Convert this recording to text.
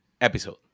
episode